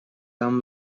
там